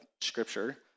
scripture